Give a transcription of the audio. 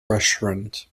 restaurant